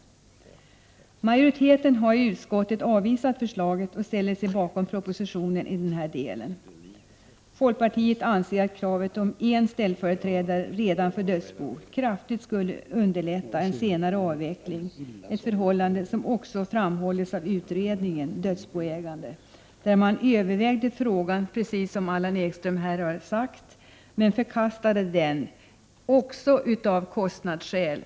Majoriteten har i utskottet avvisat förslaget och ställer sig bakom propositionen i denna del. Folkpartiet anser att kravet om en ställföreträdare redan för dödsbo kraftigt skulle underlätta en senare avveckling, ett förhållande som också framhålls av utredningen Dödsboägande och samägande av jordbruksfastighet m.m. Frågan övervägdes, precis som Allan Ekström har sagt, men förkastades bl.a. av kostnadsskäl.